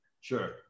Sure